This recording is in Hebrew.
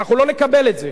לא נקבל את זה.